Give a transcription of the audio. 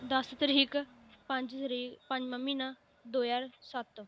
दस तरीक पंज तरीक पंजमां म्हीना दो ज्हार सत्त